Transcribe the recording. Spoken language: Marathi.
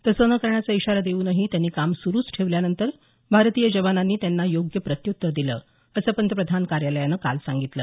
तसं न करण्याचा इशारा देऊनही त्यांनी काम सुरूच ठेवल्यानंतर भारतीय जवानांनी त्यांना योग्य प्रत्युत्तर दिलं असं पंतप्रधान कार्यालयानं काल सांगितलं